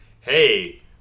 Hey